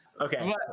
Okay